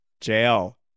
jail